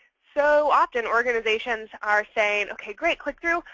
so often organizations are saying, ok great. click through.